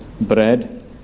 bread